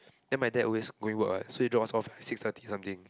then my dad always going work what so he drop us off six thirty something